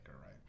Right